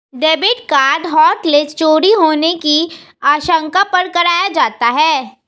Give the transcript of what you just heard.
debit card hotlist चोरी होने की आशंका पर कराया जाता है